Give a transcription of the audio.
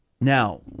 Now